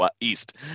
East